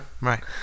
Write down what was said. Right